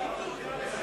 הבחירות של הליכוד.